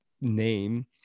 name